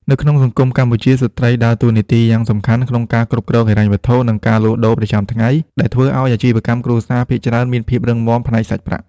នៅក្នុងសង្គមកម្ពុជា ស្ត្រីដើរតួនាទីយ៉ាងសំខាន់ក្នុងការគ្រប់គ្រងហិរញ្ញវត្ថុ និងការលក់ដូរប្រចាំថ្ងៃ ដែលធ្វើឱ្យអាជីវកម្មគ្រួសារភាគច្រើនមានភាពរឹងមាំផ្នែកសាច់ប្រាក់។